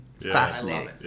Fascinating